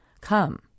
come